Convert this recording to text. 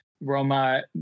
Roma